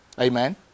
Amen